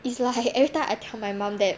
is like everytime I tell my mum that